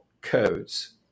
codes